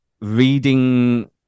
reading